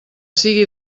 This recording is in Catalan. sigui